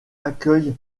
accueille